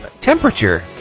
temperature